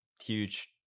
huge